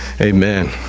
Amen